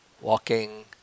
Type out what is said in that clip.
walking